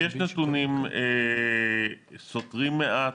יש נתונים סותרים מעט.